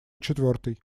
четвертый